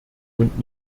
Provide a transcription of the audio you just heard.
und